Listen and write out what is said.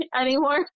anymore